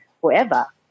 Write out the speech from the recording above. forever